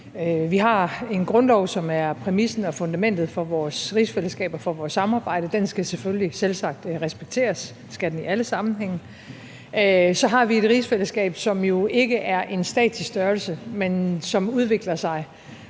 vi har en grundlov, som er præmissen og fundamentet for vores rigsfællesskab og for vores samarbejde, og den skal selvfølgelig selvsagt respekteres, det skal den i alle sammenhænge. Så har vi et rigsfællesskab, som jo ikke er en statisk størrelse, men som udvikler sig,